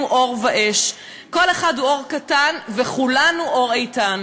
אור ואש / כל אחד הוא אור קטן / וכולנו אור איתן".